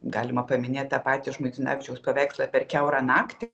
galima paminėt tą patį žmuidzinavičiaus paveikslą per kiaurą naktį